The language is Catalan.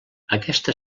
aquesta